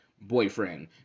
boyfriend